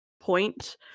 point